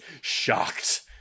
shocked